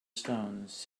stones